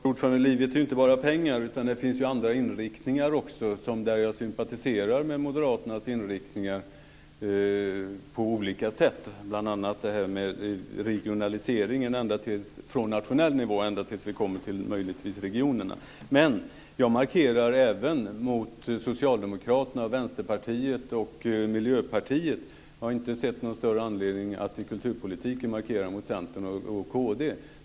Fru talman! Livet är inte bara pengar. Det finns också andra områden där jag sympatiserar med Moderaternas inriktningar på olika sätt. Det gäller bl.a. regionaliseringen från nationell nivå ända till dess vi möjligtvis kommer till regionerna. Jag markerar även mot Socialdemokraterna, Vänsterpartiet och Miljöpartiet. Jag har inte sett någon större anledning att i kulturpolitiken markera mot Centern och kd.